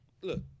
look